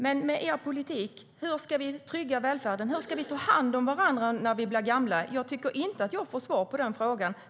Men hur ska vi trygga välfärden med SD:s politik? Jag tycker inte att jag fick svar på den frågan.